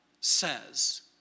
says